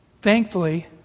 Thankfully